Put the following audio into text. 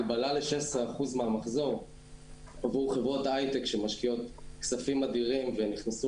הגבלה ל-16% מהמחזור עבור חברות ההייטק שמשקיעות כספים אדירים ונכנסו